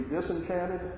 disenchanted